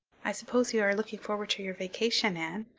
i suppose you are looking forward to your vacation, anne?